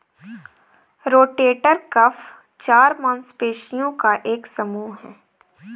rotator cuff चार मांसपेशियों का एक समूह है